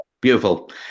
Beautiful